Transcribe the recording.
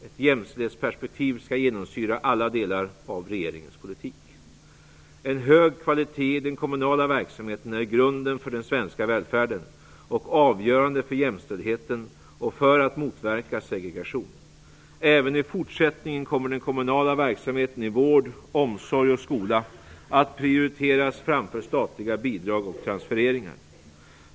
Ett jämställdhetsperspektiv skall genomsyra alla delar av regeringens politik. En hög kvalitet i den kommunala verksamheten är grunden för den svenska välfärden och avgörande för jämställdheten och för att motverka segregation. Även i fortsättningen kommer den kommunala verksamheten i vård, omsorg och skola att prioriteras framför statliga bidrag och transfereringar.